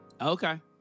okay